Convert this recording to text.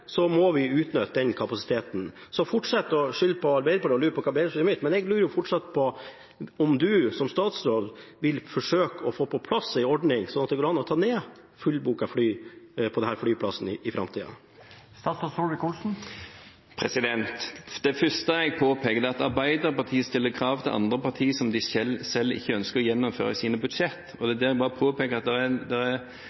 så må vi utnytte den kapasiteten. Så fortsett gjerne å skylde på Arbeiderpartiet og lur på hva Arbeiderpartiet mente, men jeg lurer jo fortsatt på om statsråden vil forsøke å få på plass en ordning som gjør at det går an å ta ned fullbookede fly på denne flyplassen i framtida. Det første jeg påpeker, er at Arbeiderpartiet stiller krav til andre partier om noe de selv ikke ønsker å gjennomføre i sine budsjetter. Jeg påpeker bare at det er en usammenhengende argumentasjon og realisme fra Arbeiderpartiet. Det er det ene. Det andre er at